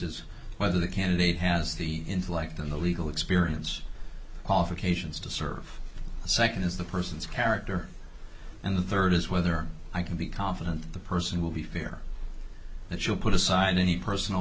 is whether the candidate has the intellect and the legal experience qualifications to serve the second is the person's character and the third is whether i can be confident that the person will be fair that you'll put aside any personal